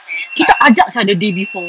kita ajak sia the day before